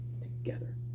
together